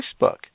Facebook